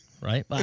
Right